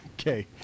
okay